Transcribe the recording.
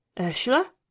Ursula